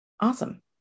Awesome